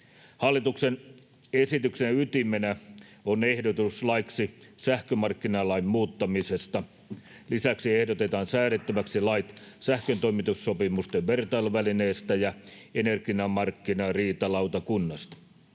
Hallituksen esityksen ytimenä on ehdotus laiksi sähkömarkkinalain muuttamisesta. Lisäksi ehdotetaan säädettäväksi lait sähköntoimitussopimusten vertailuvälineestä ja energiamarkkinariitalautakunnasta.